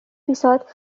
পিছত